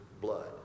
blood